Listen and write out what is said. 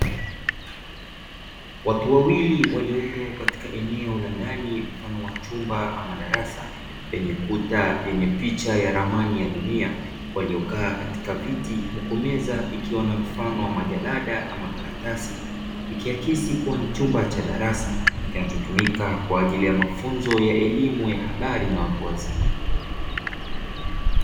Watu wawili walioko katika eneo la ndani mfano wa chumba ama darasa, lenye kuta yenye picha ya ramani ya dunia waliokaa katika viti huku meza ikiwa na mfano wa majalada ama karatasi, ikiakisi kuwa ni chumba cha darasa kinachotumika kwa ajili ya mafunzo ya elimu ya habari na watu wazima.